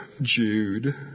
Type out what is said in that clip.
Jude